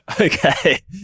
Okay